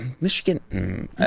Michigan